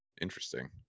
Interesting